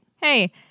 hey